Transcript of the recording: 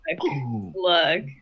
look